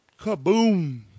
kaboom